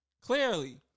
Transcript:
Clearly